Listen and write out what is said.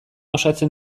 osatzen